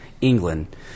England